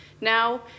Now